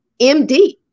MD